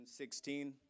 2016